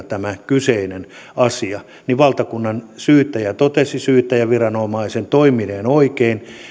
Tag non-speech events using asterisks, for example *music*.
*unintelligible* tämä kyseinen asia oli valtakunnansyyttäjän pöydällä niin valtakunnansyyttäjä totesi syyttäjäviranomaisen toimineen oikein